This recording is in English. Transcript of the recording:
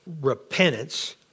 repentance